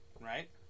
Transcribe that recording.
Right